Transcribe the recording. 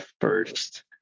first